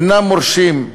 אינם מורשים,